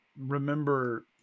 remember